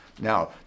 Now